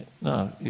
No